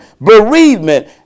bereavement